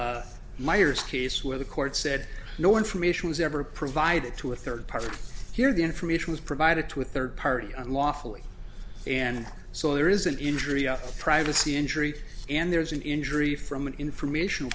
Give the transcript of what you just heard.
myers case where the court said no information was ever provided to a third party here the information was provided to a third party unlawfully and so there is an injury of privacy injury and there's an injury from an informational